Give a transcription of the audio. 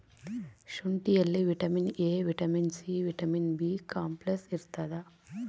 ಶುಂಠಿಯಲ್ಲಿ vitamin A vitamin C vitamin B complex ಇರ್ತಾದ